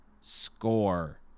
Score